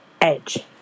Edge